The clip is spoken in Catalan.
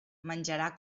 menjarà